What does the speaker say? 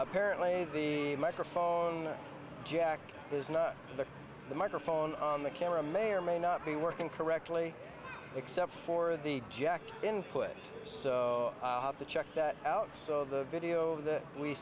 apparently the microphone jack is not the microphone on the camera may or may not be working correctly except for the jacket input so i have to check that out so the video that we